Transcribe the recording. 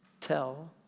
tell